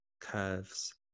Curves